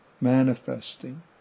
manifesting